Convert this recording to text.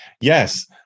yes